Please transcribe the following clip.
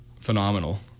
phenomenal